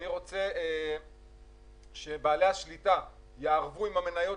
אני רוצה שבעלי השליטה יערבו עם המניות